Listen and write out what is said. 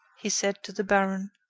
he said to the baron.